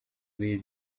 where